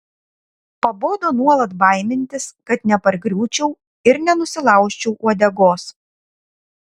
pabodo nuolat baimintis kad nepargriūčiau ir nenusilaužčiau uodegos